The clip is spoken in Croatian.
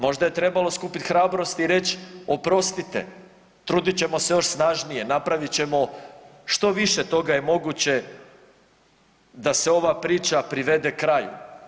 Možda je trebalo skupiti hrabrosti i reći oprostite, trudit ćemo se još snažnije, napravit ćemo što više toga je moguće da se ova priča privede kraju?